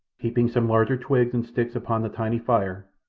heaping some larger twigs and sticks upon the tiny fire,